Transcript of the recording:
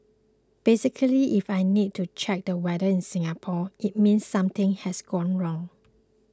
basically if I need to check the weather in Singapore it means something has gone wrong